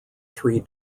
three